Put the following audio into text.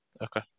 okay